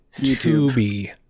youtube